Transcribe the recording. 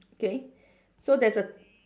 okay so there's a